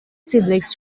siblings